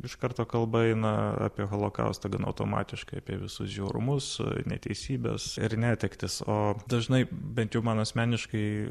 iš karto kalba eina apie holokaustą gana automatiškai apie visus žiaurumus neteisybes ir netektis o dažnai bent jau man asmeniškai